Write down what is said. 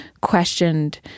questioned